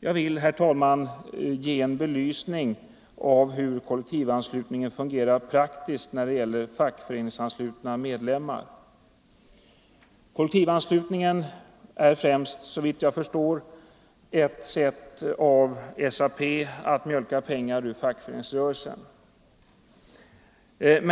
Jag vill, herr talman, ge en belysning av hur kollektivanslutningen fungerar praktiskt. Kollektivanslutningen är främst, såvitt jag förstår, ett sätt av SAP att mjölka pengar ur fackföreningsrörelsen.